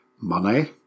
money